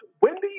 Wendy